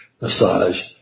massage